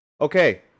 Okay